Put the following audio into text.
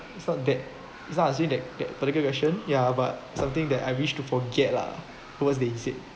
it's not that it's not answering that that particular question ya but something that I wished to forget lah forget that he said